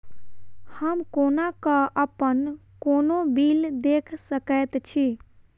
हम कोना कऽ अप्पन कोनो बिल देख सकैत छी?